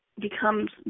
becomes